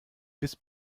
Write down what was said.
bis